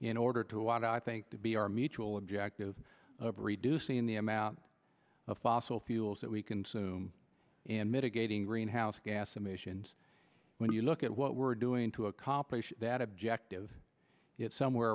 in order to i think to be our mutual objective of reducing the amount of fossil fuels that we consume and mitigating greenhouse gas emissions when you look at what we're doing to accomplish that objective it's somewhere